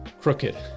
crooked